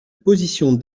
position